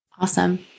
Awesome